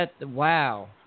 wow